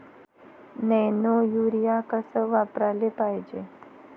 Nano urea कस वापराले पायजे?